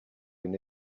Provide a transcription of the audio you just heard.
une